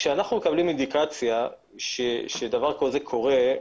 כאשר אנחנו מקבלים אינדיקציה שדבר כזה קורה,